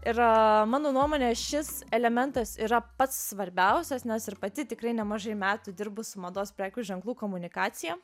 yra mano nuomone šis elementas yra pats svarbiausias nes ir pati tikrai nemažai metų dirbus su mados prekių ženklų komunikacija